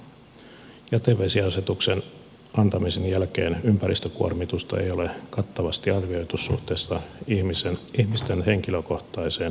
jätevesiasetuksen antamisen jälkeen ympäristökuormitusta ei ole kattavasti arvioitu suhteessa ihmisten henkilökohtaiseen panokseen